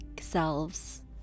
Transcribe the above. selves